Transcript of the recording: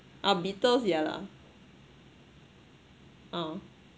ah beetles ya lah uh